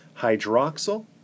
hydroxyl